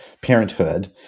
parenthood